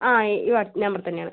ആ ഈ നമ്പറിൽത്തന്നെയാണ്